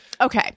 Okay